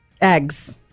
eggs